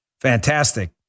fantastic